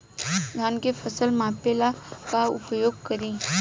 धान के फ़सल मापे ला का उपयोग करी?